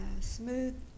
smooth